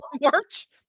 March